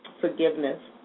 forgiveness